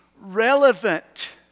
relevant